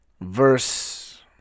verse